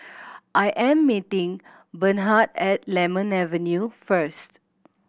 I am meeting Bernhard at Lemon Avenue first